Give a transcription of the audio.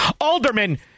Alderman